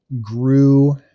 grew